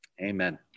Amen